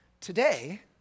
Today